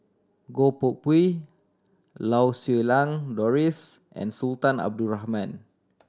Goh Koh Pui Lau Siew Lang Doris and Sultan Abdul Rahman